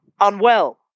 unwell